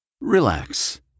Relax